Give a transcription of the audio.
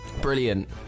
Brilliant